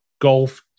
golf